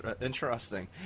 interesting